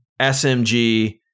SMG